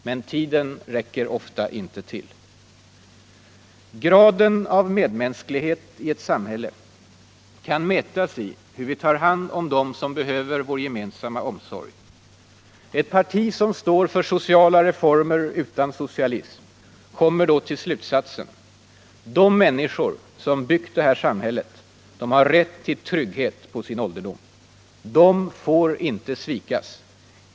Men tiden räcker ofta inte till. Graden av medmänsklighet i ett samhälle kan mätas i hur vi tar hand om dem som behöver vår gemensamma omsorg. Ett parti som står för sociala reformer utan socialism kommer då till slutsatsen: De människor som byggt det här samhället har rätt till trygghet på sin ålderdom. De får inte svikas.